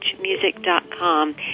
music.com